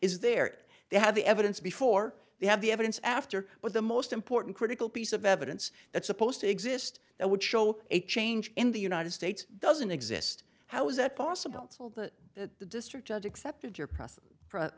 is there they have the evidence before they have the evidence after but the most important critical piece of evidence that's supposed to exist that would show a change in the united states doesn't exist how is that possible to the district judge accepted your pr